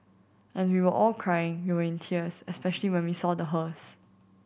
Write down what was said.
and we were all crying we were in tears especially when we saw the hearse